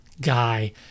guy